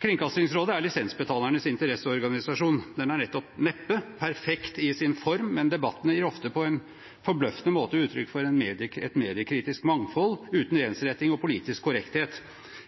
Kringkastingsrådet er lisensbetalernes interesseorganisasjon. Den er neppe perfekt i sin form, men debattene der gir ofte på en forbløffende måte uttrykk for et mediekritisk mangfold, uten ensretting og politisk korrekthet.